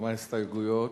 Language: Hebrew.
כמה הסתייגויות.